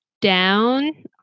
down